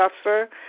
suffer